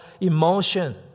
emotion